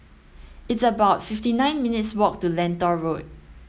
it's about fifty nine minutes' walk to Lentor Road